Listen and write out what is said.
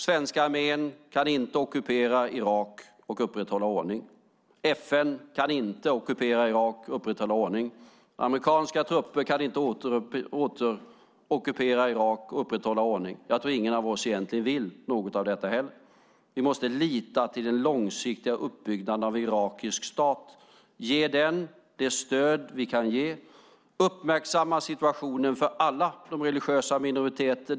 Svenska armén kan inte ockupera Irak och upprätthålla ordning. FN kan inte ockupera Irak och upprätthålla ordning. Amerikanska trupper kan inte åter ockupera Irak och upprätthålla ordning. Jag tror ingen av oss egentligen vill något av detta heller. Vi måste lita till den långsiktiga uppbyggnaden av en irakisk stat, ge den det stöd vi kan ge och uppmärksamma situationen för alla de religiösa minoriteterna.